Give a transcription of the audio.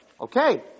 Okay